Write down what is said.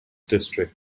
district